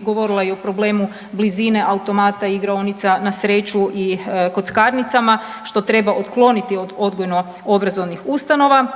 govorila i o problemu blizine automata igraonica na sreću i kockarnicama što treba otkloniti od odgojnoobrazovnih ustanova.